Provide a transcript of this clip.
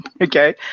Okay